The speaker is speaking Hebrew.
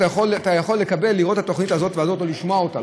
אתה יכול לראות את התוכנית הזאת או הזאת ולשמוע אותה,